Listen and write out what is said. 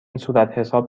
صورتحساب